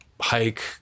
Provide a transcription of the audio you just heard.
hike